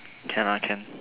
can lah can